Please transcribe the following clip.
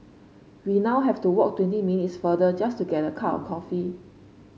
we now have to walk twenty minutes farther just to get a cup of coffee